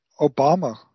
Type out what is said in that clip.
Obama